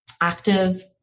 active